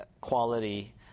quality